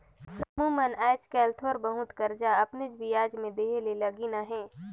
समुह मन आएज काएल थोर बहुत करजा अपनेच बियाज में देहे ले लगिन अहें